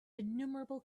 innumerable